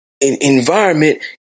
environment